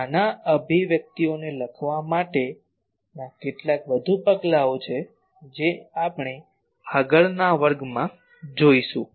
તેથી આના અભિવ્યક્તિઓને લખવા માટેના કેટલાક વધુ પગલાઓ છે જે આપણે આગળના વર્ગમાં લઈશું